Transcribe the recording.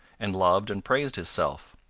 and loved and praised his self.